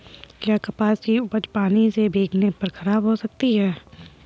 क्या कपास की उपज पानी से भीगने पर खराब हो सकती है?